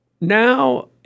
Now